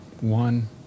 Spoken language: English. One